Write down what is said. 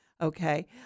Okay